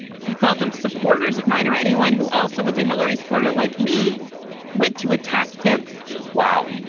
he called them supporters of mine or anyone who also was a hillary supporter like me went to attack him wow.